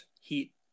Heat